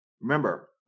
Remember